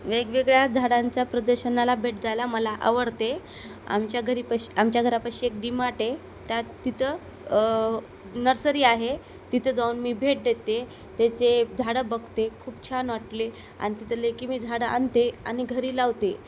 वेगवेगळ्या झाडांच्या प्रदर्शनाला भेट द्यायला मला आवडते आमच्या घरी पाशी आमच्या घरापाशी एक डी मार्ट आहे त्यात तिथं नर्सरी आहे तिथं जाऊन मी भेट देते त्याचे झाडं बघते खूप छान वाटले आणि तिथं लेकी मी झाडं आणते आणि घरी लावते